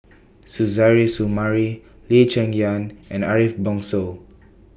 Suzairhe Sumari Lee Cheng Yan and Ariff Bongso